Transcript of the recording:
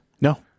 No